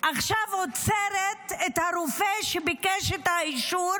עכשיו עוצרת את הרופא שביקש את האישור